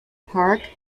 park